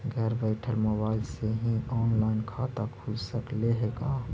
घर बैठल मोबाईल से ही औनलाइन खाता खुल सकले हे का?